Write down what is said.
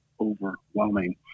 overwhelming